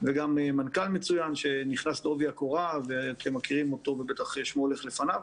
וגם מנכ"ל מצוין שנכנס לעובי הקורה ואתם מכירים אותו ושמו הולך לפניו,